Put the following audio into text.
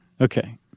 Okay